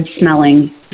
smelling